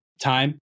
time